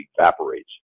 evaporates